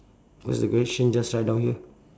what's the question just write down here